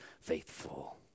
faithful